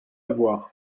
voir